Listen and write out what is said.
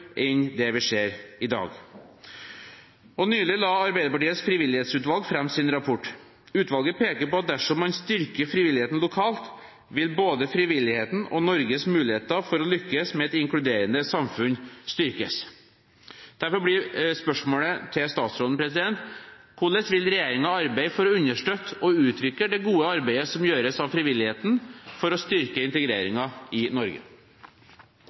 enn det vi ser i dag. Nylig la Arbeiderpartiets frivillighetsutvalg fram sin rapport. Utvalget peker på at dersom man styrker frivilligheten lokalt, vil både frivilligheten og Norges muligheter til å lykkes med et inkluderende samfunn styrkes. Derfor blir spørsmålet til statsråden: Hvordan vil regjeringen arbeide for å understøtte og utvikle det gode arbeidet som gjøres av frivilligheten for å styrke integreringen i Norge?